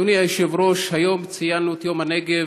אדוני היושב-ראש, היום ציינו את יום הנגב.